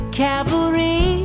cavalry